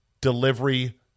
delivery